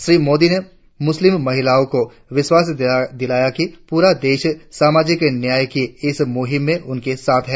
श्री मोदी ने मुस्लिम महिलाओं को विश्वास दिलाया कि पूरा देश सामाजिक न्याय की इस मुहिम में उनके साथ है